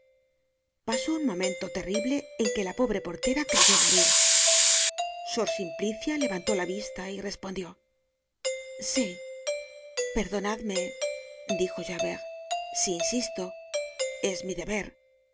pasó un momento terrible en que la pobre portera creyó morir sor simplicia levantó la vista y respondió sí perdonadme dijo javert si insisto es mi deber no